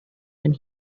when